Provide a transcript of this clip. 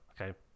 okay